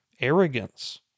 arrogance